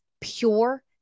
pure